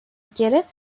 گرفت